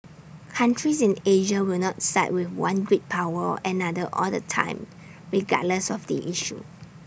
countries in Asia will not side with one great power or another all the time regardless of the issue